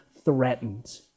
threatened